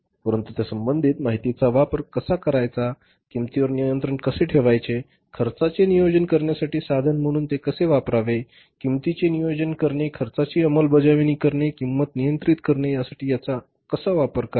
परंतु त्या संबंधित माहितीचा वापर कसा करायचा किंमतीवर नियंत्रण कसे ठेवायचे खर्चाचे नियोजन करण्यासाठी साधन म्हणून ते कसे वापरावे किंमतीचे नियोजन करणे खर्चाची अंमलबजावणी करणे किंमत नियंत्रित करणे यासाठी याचा कसा वापर करावा